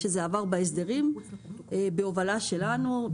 זה עבר בחוק ההסדרים בהובלה שלנו.